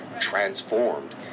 transformed